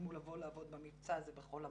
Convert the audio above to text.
יסכימו לבוא לעבוד במבצע הזה בחול המועד.